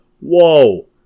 Whoa